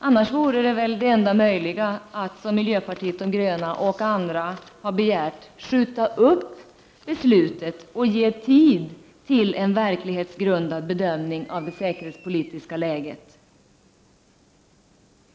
Annars vore det enda möjliga att, som miljöpartiet de gröna och andra har begärt, skjuta upp beslutet och ge tid till en verklighetsgrundad bedömning av det säkerhetspolitiska läget.